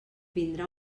vindrà